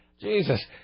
Jesus